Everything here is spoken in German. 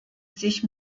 sich